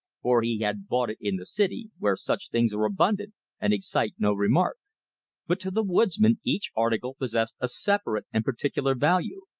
for he had bought it in the city, where such things are abundant and excite no remark but to the woodsman each article possessed a separate and particular value.